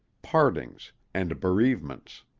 partings, and bereavements.